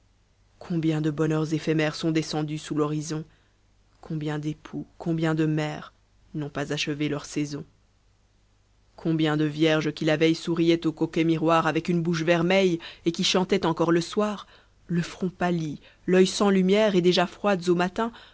combien de bonheurs éphémères sont descendus sous l'horizon combien d'époux combien de mères n'ont pas achevé leur saison combien de vierges qui la veille souriaient au coquet miroir avec une bouche vermeille et qui chantaient encor le soir le front pâli l'oeil sans lumière et déjà froides au matin